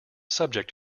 subject